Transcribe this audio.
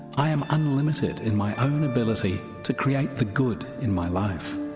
i am unlimited in my own ability to create the good in my life.